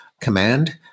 command